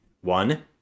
one